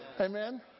Amen